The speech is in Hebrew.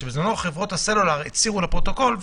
בזמנו חברות הסלולר הצהירו לפרוטוקול,